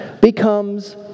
becomes